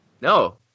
No